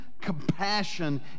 compassion